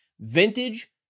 Vintage